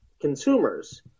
consumers